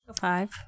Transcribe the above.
five